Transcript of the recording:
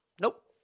Nope